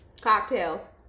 Cocktails